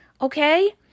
okay